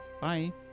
Bye